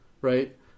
right –